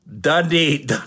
dundee